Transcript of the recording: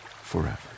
forever